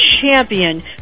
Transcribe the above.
champion